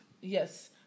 Yes